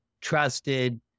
trusted